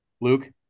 Luke